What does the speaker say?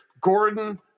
Gordon